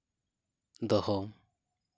ᱫᱚᱦᱚ